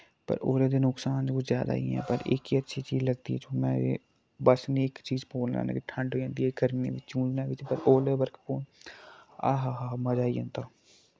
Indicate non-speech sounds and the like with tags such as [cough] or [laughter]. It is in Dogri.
पर ओले दे नुकसान कुछ जैदा ही ऐ पर इक ही अच्छी चीज लगदी ऐ जो में एह् बस में इक चीज बोलना चाह्ना कि ठंड होई जंदी गर्मियें बिच्च [unintelligible] ओले बर्फ पौन आहाहाहा मजा आई जंदा